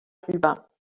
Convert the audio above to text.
über